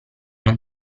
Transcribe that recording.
non